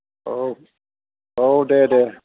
औ औ दे दे